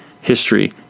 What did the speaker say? history